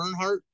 Earnhardt